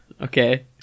Okay